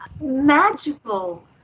magical